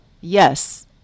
yes